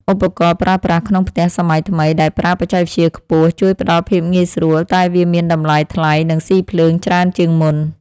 ឧបករណ៍ប្រើប្រាស់ក្នុងផ្ទះសម័យថ្មីដែលប្រើបច្ចេកវិទ្យាខ្ពស់ ជួយផ្ដល់ភាពងាយស្រួលតែវាមានតម្លៃថ្លៃនិងស៊ីភ្លើងច្រើនជាងមុន។